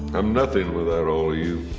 i'm nothing without all you.